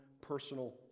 personal